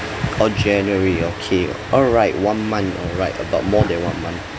oh january okay alright one month alright about more than one month